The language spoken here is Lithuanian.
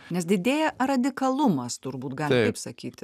nes didėja radikalumas turbūt galim taip sakyti